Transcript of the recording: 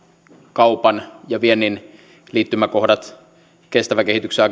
kaupan ja viennin liittymäkohtia kestävän kehityksen ja